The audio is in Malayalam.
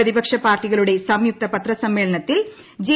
പ്രതിപക്ഷ പാർട്ടികളുടെ സംയുക്ത പത്രസമ്മേളനത്തിൽ ജെ